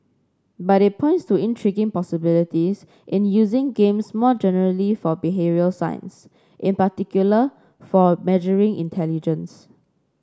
but it points to intriguing possibilities in using games more generally for behavioural science in particular for measuring intelligence